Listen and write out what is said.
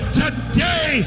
today